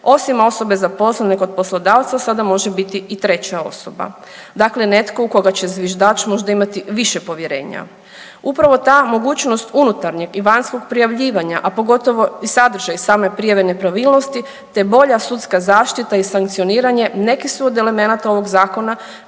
osim osobe zaposlene kod poslodavca sada može biti i treća osoba, dakle netko u koga će zviždač možda imati više povjerenja. Upravo ta mogućnost unutarnjeg i vanjskog prijavljivanja, a pogotovo i sadržaj same prijave nepravilnosti, te bolja sudska zaštita i sankcioniranje neki su od elemenata ovog zakona